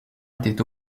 étaient